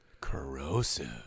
Corrosive